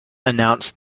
announced